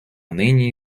нині